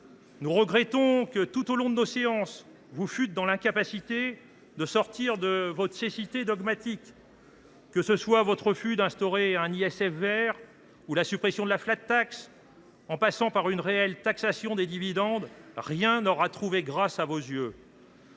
Nous regrettons que, tout au long de nos séances, vous fussiez dans l’incapacité de sortir de votre cécité dogmatique. Que ce soit l’instauration d’un ISF vert ou la suppression de la, en passant par une réelle taxation des dividendes, rien n’aura trouvé grâce à vos yeux.